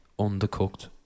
undercooked